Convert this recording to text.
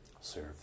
Serve